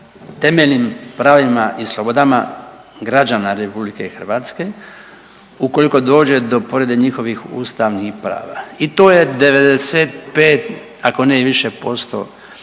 temeljnim pravima i slobodama građana RH ukoliko dođe do povrede njihovih ustavnih prava i to je 95 ako ne i više posto